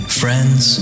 friends